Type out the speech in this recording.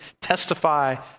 testify